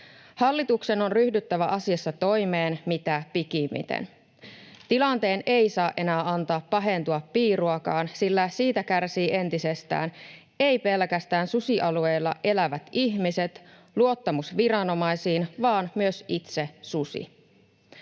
Hallituksen on ryhdyttävä asiassa toimeen mitä pikimmiten. Tilanteen ei saa enää antaa pahentua piiruakaan, sillä siitä kärsivät entisestään eivät pelkästään susialueilla elävät ihmiset ja luottamus viranomaisiin vaan myös itse susi.